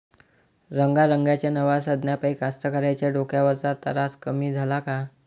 रंगारंगाच्या नव्या साधनाइपाई कास्तकाराइच्या डोक्यावरचा तरास कमी झाला का?